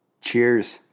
Cheers